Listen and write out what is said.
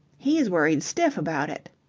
he's worried stiff about it.